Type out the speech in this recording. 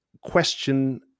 question